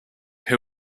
who